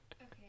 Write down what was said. Okay